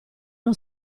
uno